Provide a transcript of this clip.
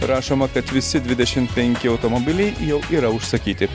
rašoma kad visi dvidešim penki automobiliai jau yra užsakyti